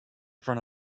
front